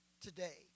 today